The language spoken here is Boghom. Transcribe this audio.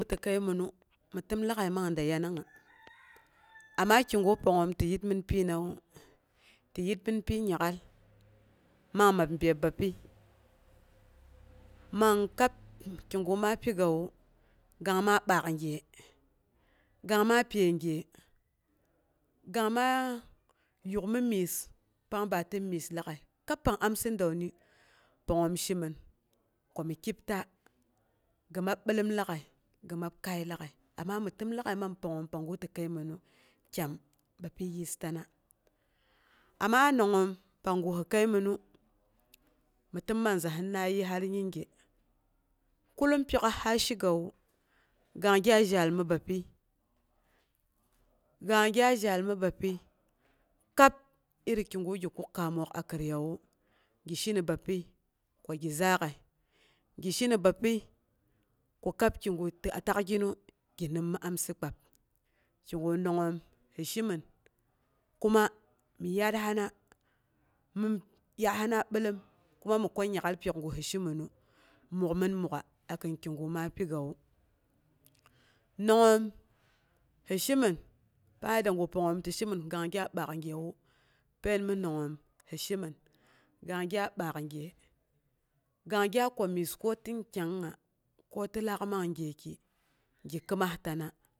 Ta ti kəiminu mi təm lag'ai man da yanangnga ama kigu pangngom ti yit min pinawu, ti yitmin pi nyak'al man mab byeb bapyi man kab kigu ma pikawu kang maa baak gye, gang ma pyəi gye, gang ma yukmi myes pang pa tin myes lag'ai, kab pang amsi dəani pangngoon shemin ko mi kyebta, gi mab bilon lag'ai, gi mab kai lag'ai, amma mi təm lag'ai man pangngoom shemin komi kyebta, gi mab bilom lag'ai, gi mab kai lagai, amma mi təm lag'ai man pangngoom pangu ti kəiminu kyam. Bapyi yistana amma nong ngoom, pangu kəiminu, mi təmanza sɨnna yii har yarige, kullum pyok'as sa ghe gawu, gang gya zhall mi bapyi. gang gya zhall mi bapyi. Kab iri kigu gi kuk kaamoon a kiriyawa gi shi ni bapyi ko gi zaak'əi, gi shi ni bapyi ko kab kigu ti takginu ginim mi amsi kpab kigu nongngoom sɨ shemin kuma mi yaar hena bin yaarhana billom, kuma mi kwa nyak'al pyokgu sɨ sheminu, mukmin muk'a a kin kigu ma shegawu nongngoom hi shemin pang yadda gu pang ngoom ti shemin gang gya baak gyewu pain mi nongngoom he shemin kang gya baak gye, kang gya kwa myes ko tin kyang'ungnga ko ti laak man gyeki